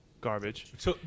garbage